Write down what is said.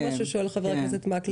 בוודאי.